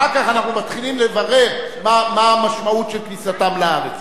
אחר כך אנחנו מתחילים לברר מה המשמעות של כניסתם לארץ.